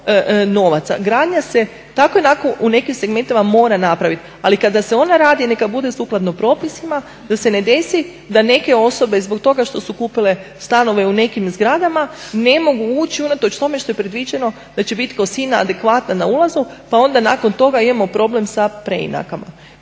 Gradnja se tako i onako u nekim segmentima mora napraviti. Ali kada se ona radi neka bude sukladno propisima, da se ne desi da neke osobe zbog toga što su kupile stanove u nekim zgradama ne mogu ući unatoč tome što je predviđeno da će bit kosina adekvatna na ulazu, pa onda nakon toga imamo problem sa preinakama